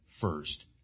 first